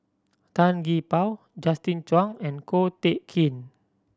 Tan Gee Paw Justin Zhuang and Ko Teck Kin